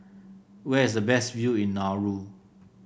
where is the best view in Nauru